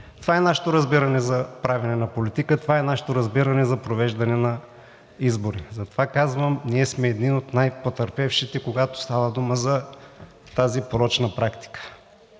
Това е нашето разбиране за правене на политика, това е нашето разбиране за провеждане на избори и затова казвам: ние сме едни от най-потърпевшите, когато става дума за тази порочна практика.